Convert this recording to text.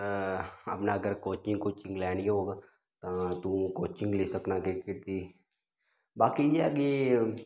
अपना अगर कोचिंग कुचिंग लैनी होग तां तूं कोचिंग लेई सकनां क्रिकेट दी बाकी इ'यै कि